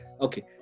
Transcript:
okay